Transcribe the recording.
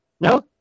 No